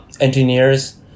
engineers